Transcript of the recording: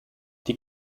die